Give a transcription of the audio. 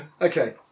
okay